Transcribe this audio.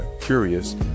curious